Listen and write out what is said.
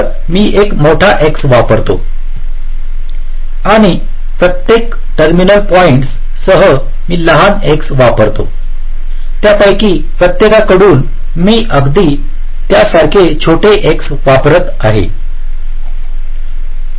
तर मी एक मोठा X वापरतो आणि प्रत्येक टर्मिनल पॉईंट्ससह मी लहान X वापरतो त्यापैकी प्रत्येकाकडून मी अगदी त्यासारखे छोटे X वापरत आहे बरोबर